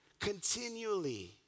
Continually